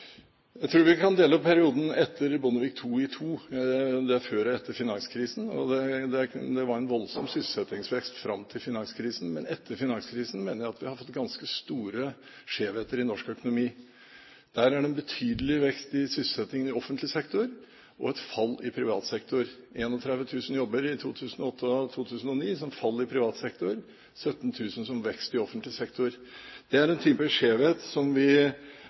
Jeg tror vi kan dele opp perioden etter Bondevik II i to: før og etter finanskrisen. Det var en voldsom sysselsettingsvekst fram til finanskrisen, men etter finanskrisen mener jeg at vi har fått ganske store skjevheter i norsk økonomi. Det er en betydelig vekst i sysselsetting i offentlig sektor og et fall i privat sektor – 31 000 jobber i 2008 og 2009 som fall i privat sektor og 17 000 som vekst i offentlig sektor. Det er en type skjevhet som vi